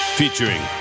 featuring